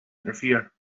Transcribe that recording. interfere